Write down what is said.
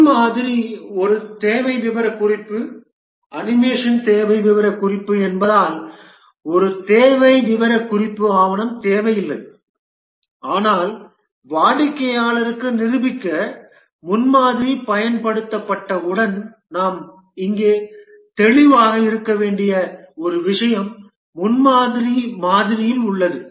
முன்மாதிரி ஒரு தேவை விவரக்குறிப்பு அனிமேஷன் தேவை விவரக்குறிப்பு என்பதால் ஒரு தேவை விவரக்குறிப்பு ஆவணம் தேவையில்லை ஆனால் வாடிக்கையாளருக்கு நிரூபிக்க முன்மாதிரி பயன்படுத்தப்பட்டவுடன் நாம் இங்கே தெளிவாக இருக்க வேண்டிய ஒரு விஷயம் முன்மாதிரி மாதிரியில் உள்ளது